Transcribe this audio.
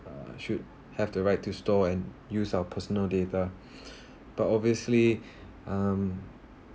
uh should have the right to store and use our personal data but obviously um